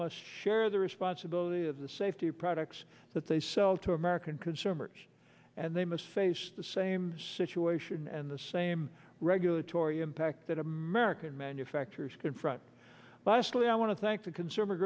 must share the responsibility of the safety products that they sell to american consumers and they must face the same situation and the same regulatory impact that american manufacturers confront lastly i want to thank the consumer